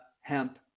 hemp